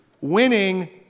Winning